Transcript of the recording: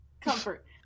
comfort